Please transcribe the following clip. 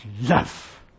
love